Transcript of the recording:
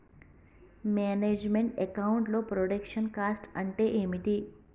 Manage meant account లో production cost అంటే ఏమిటి?